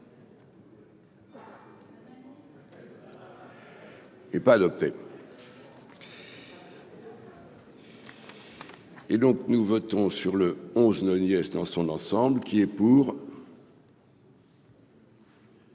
Est pas adopté. Et donc nous votons sur le onze, une nièce dans son ensemble qui est pour.